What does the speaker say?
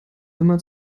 immer